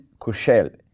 Kushel